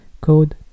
Code